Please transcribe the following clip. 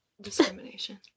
Discrimination